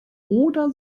oder